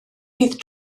bydd